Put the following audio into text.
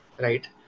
right